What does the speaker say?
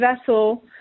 vessel